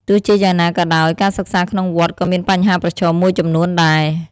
ទោះជាយ៉ាងណាក៏ដោយការសិក្សាក្នុងវត្តក៏មានបញ្ហាប្រឈមមួយចំនួនដែរ។